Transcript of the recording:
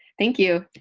thank you.